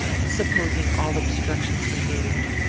supposing all obstructions removed.